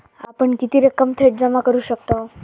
आपण किती रक्कम थेट जमा करू शकतव?